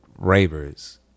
ravers